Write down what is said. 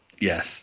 Yes